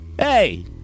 Hey